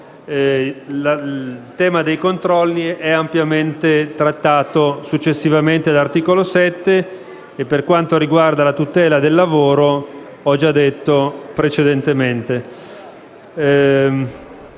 il tema dei controlli è ampiamente trattato successivamente, all'articolo 7, e, per quanto riguarda la tutela del lavoro, ho già detto precedentemente.